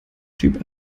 typ